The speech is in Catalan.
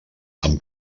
amb